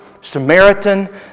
Samaritan